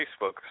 Facebook